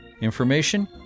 Information